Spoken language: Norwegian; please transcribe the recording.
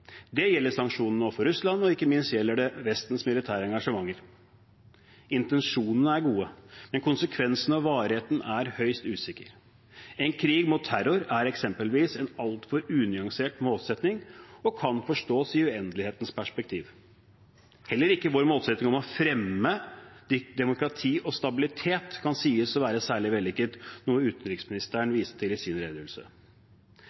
Det gjelder sanksjonene overfor Russland, og ikke minst gjelder det Vestens militære engasjementer. Intensjonene er gode, men konsekvensene av varigheten er høyst usikre. «En krig mot terror» er eksempelvis en altfor unyansert målsetting og kan forstås i uendelighetens perspektiv. Heller ikke vår målsetting om å fremme demokrati og stabilitet kan sies å være særlig vellykket, noe utenriksministeren